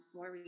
More